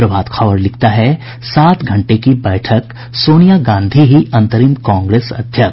प्रभात खबर लिखता है सात घंटे की बैठक सोनिया गांधी ही अंतरिम कांग्रेस अध्यक्ष